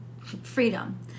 freedom